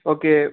okay